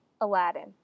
Aladdin